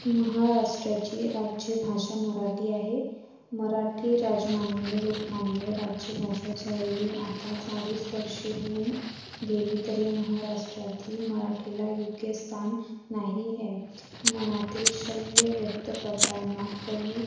महाराष्ट्राची राज्यभाषा मराठी आहे मराठी राजमान्य लोकमान्य राज्यभाषा झालेली आताच अडीच वर्ष होऊन गेली तरी महाराष्ट्रातही मराठीला योग्य स्थान नाही हे मनातील शल्य व्यक्त करताना कवी